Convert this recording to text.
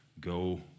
go